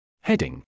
heading